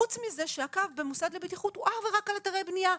חוץ מזה שהקו במוסד לבטיחות לא עובד רק על אתרי בנייה,